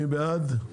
מי בעד ההסתייגויות?